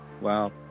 Wow